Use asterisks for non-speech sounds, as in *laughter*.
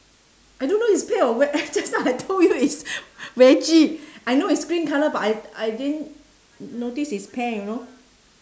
I don't know is pear or veg~ just now I told you is *laughs* veggie I know is green colour but I I didn't notice is pear you know